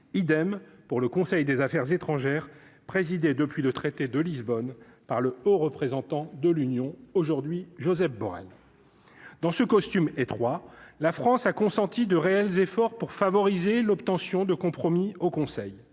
idem pour le Conseil des Affaires étrangères, présidée depuis le traité de Lisbonne par le haut représentant de l'Union aujourd'hui Josep Borrell dans ce costume étroit, la France a consenti de réels efforts pour favoriser l'obtention de compromis au Conseil,